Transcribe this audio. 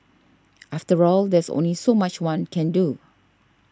after all there's only so much one can do